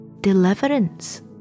deliverance